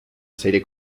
serie